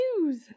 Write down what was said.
news